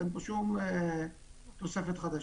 אין פה שום תוספת חדשה.